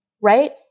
right